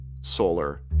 solar